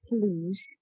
please